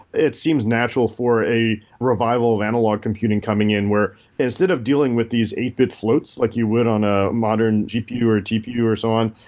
it seems natural for a revival of analog computing coming in where instead of dealing with these eight bit floats like you would on a modern gpu or gpu or so on,